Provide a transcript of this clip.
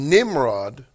Nimrod